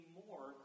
more